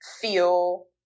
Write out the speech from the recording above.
feel